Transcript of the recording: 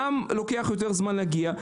לוקח יותר זמן להגיע,